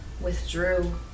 withdrew